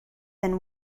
than